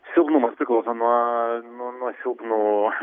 silpnumas priklauso nuo nuo silpnų